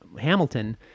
Hamilton